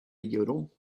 yodel